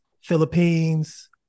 Philippines